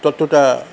ততটা